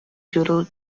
doodle